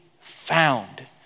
found